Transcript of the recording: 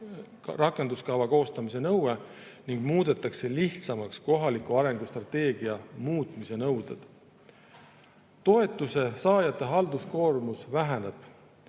rakenduskava koostamise nõue ning muudetakse lihtsamaks kohaliku arengu strateegia muutmise nõuded. Toetuse saajate halduskoormus väheneb.